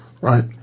right